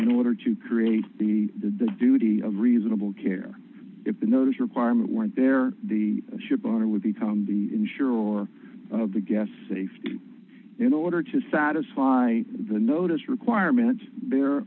in order to create the duty of reasonable care if the notice requirement went there the shipowner would become the ensure or the gas safety in order to satisfy the notice requirement there